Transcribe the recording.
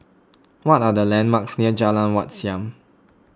what are the landmarks near Jalan Wat Siam